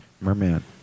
Merman